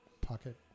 pocket